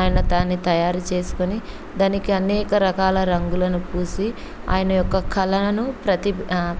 ఆయన దాన్ని తయారు చేసుకొని దానికి అనేక రకాల రంగులను పూసి ఆయన యొక్క కళలను ప్రతీ